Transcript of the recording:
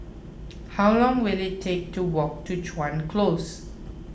how long will it take to walk to Chuan Close